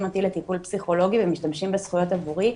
אותי לטיפול פסיכולוגי ומשתמשים בזכויות עבורי,